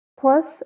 Plus